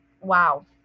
Wow